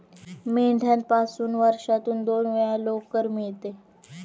मेंढ्यापासून वर्षातून दोन वेळा लोकर मिळते